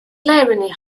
glaringly